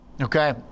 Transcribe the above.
Okay